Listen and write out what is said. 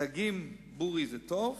דגים בורי זה טוב?